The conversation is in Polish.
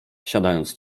siadając